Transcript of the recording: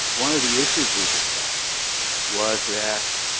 one of the issues we discussed was that